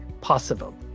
possible